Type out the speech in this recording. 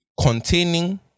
containing